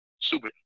super